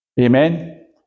Amen